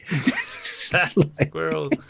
Squirrel